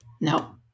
No